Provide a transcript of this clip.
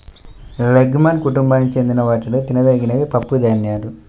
legume కుటుంబానికి చెందిన వాటిలో తినదగినవి పప్పుధాన్యాలు